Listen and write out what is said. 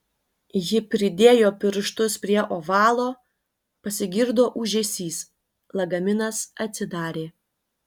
ji pridėjo pirštus prie ovalo pasigirdo ūžesys lagaminas atsidarė